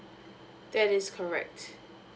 that is correct